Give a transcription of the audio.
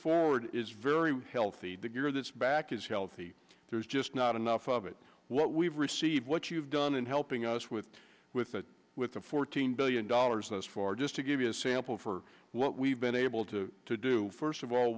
forward is very healthy that you're this back is healthy there's just not enough of it what we've received what you've done in helping us with with that with the fourteen billion dollars thus far just to give you a sample for what we've been able to to do first of all